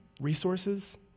resources